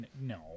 no